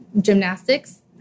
gymnastics